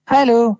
Hello